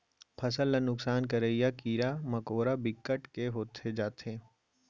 फसल ल नुकसान करइया कीरा मकोरा बिकट के हो जाथे